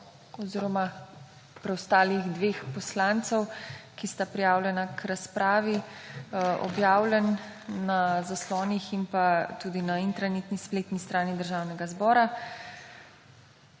red preostalih dveh poslancev, ki sta prijavljena k razpravi, objavljen na zaslonih in tudi na intranetni spletni strani Državnega zbora.